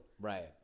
Right